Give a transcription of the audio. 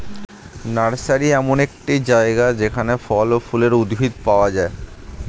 nursery এমন একটি জায়গা যেখানে ফল ও ফুলের উদ্ভিদ পাওয়া যায়